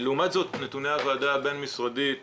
לעומת זאת נתוני הוועדה הבין משרדית